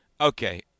okay